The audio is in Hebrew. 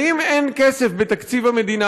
ואם אין כסף בתקציב המדינה,